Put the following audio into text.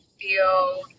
feel